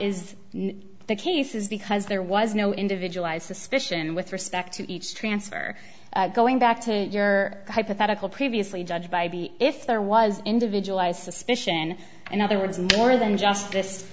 is the case is because there was no individualized suspicion with respect to each transfer going back to your hypothetical previously judged by b if there was individualized suspicion in other words more than just